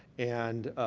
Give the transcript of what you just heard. and, ah,